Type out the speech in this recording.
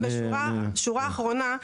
מה שרציתי להגיד בשורה אחרונה,